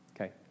Okay